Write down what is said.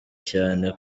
cyane